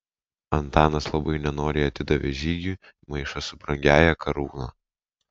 antanas labai nenoriai atidavė žygiui maišą su brangiąja karūna